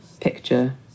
picture